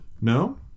No